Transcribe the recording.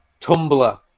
Tumblr